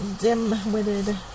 dim-witted